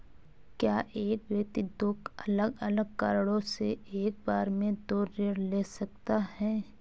क्या एक व्यक्ति दो अलग अलग कारणों से एक बार में दो ऋण ले सकता है?